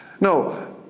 No